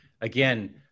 Again